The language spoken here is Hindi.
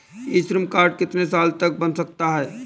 ई श्रम कार्ड कितने साल तक बन सकता है?